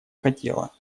хотело